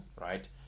right